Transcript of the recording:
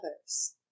others